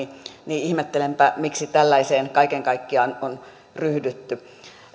ihmettelenpä miksi tällaiseen kaiken kaikkiaan on ryhdytty